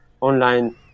online